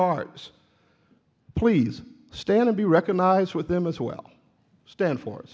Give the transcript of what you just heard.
arts please stand to be recognized with them as well stan for